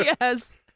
Yes